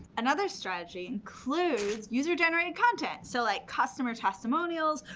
another strategy includes user-generated content, so like customer testimonials,